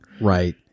Right